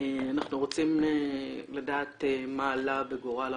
ואנחנו רוצים לדעת מה עלה בגורל החוזר,